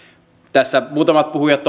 tässä muutamat puhujat